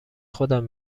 خودم